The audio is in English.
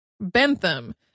Bentham